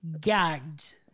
gagged